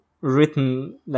written